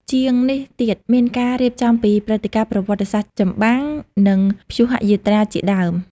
ជាងនេះទៀត មានការរៀបរាប់ពីព្រឹត្តិការណ៍ប្រវត្តិសាស្រ្តចម្បាំង និងព្យុហយាត្រាជាដើម។